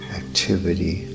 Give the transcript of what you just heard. activity